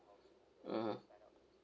mmhmm